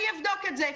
אני אבדוק את זה.